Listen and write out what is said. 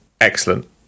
excellent